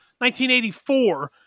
1984